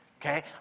Okay